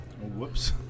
Whoops